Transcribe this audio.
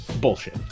bullshit